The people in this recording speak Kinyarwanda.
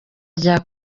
rya